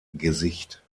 gesicht